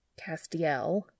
Castiel